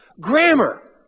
grammar